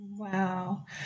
Wow